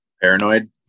Paranoid